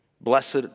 Blessed